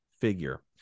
figure